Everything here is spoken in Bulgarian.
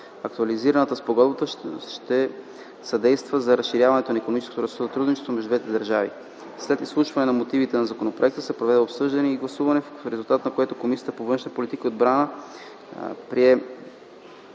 Актуализираната спогодба ще съдейства за разширяване на икономическото сътрудничество между двете държави. След изслушването на мотивите към законопроекта се проведе обсъждане и гласуване, в резултат на което Комисията по външна политика и отбрана прие